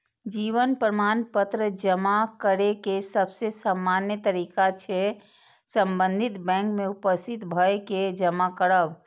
जीवन प्रमाण पत्र जमा करै के सबसे सामान्य तरीका छै संबंधित बैंक में उपस्थित भए के जमा करब